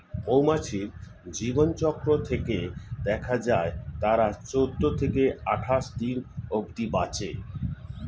মৌমাছির জীবনচক্র থেকে দেখা যায় তারা চৌদ্দ থেকে আটাশ দিন অব্ধি বাঁচে